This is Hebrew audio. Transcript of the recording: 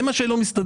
זה מה שלא מסתדר.